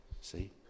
See